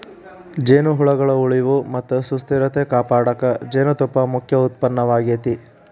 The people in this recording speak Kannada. ಜೇನುಹುಳಗಳ ಉಳಿವು ಮತ್ತ ಸುಸ್ಥಿರತೆ ಕಾಪಾಡಕ ಜೇನುತುಪ್ಪ ಮುಖ್ಯ ಉತ್ಪನ್ನವಾಗೇತಿ